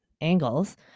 angles